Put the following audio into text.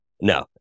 No